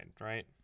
right